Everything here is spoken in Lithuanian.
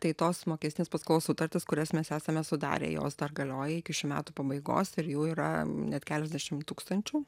tai tos mokestinės paskolos sutartys kurias mes esame sudarę jos dar galioja iki šių metų pabaigos ir jų yra net keliasdešim tūkstančių